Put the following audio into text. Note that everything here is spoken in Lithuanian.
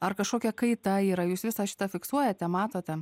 ar kažkokia kaita yra jūs visą šitą fiksuojate matote